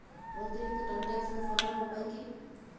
অতিরিক্ত টমেটো একসাথে ফলানোর উপায় কী?